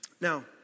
Now